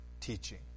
teaching